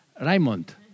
Raymond